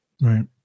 Right